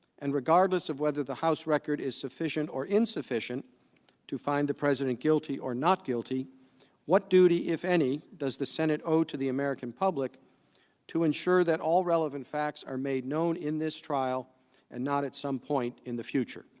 and regardless of whether the house record is sufficient or insufficient to find the president guilty or not guilty what do the if any does the senate vote to the american public to ensure that all relevant facts were made known in this trial and not at some point in the future